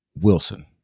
Wilson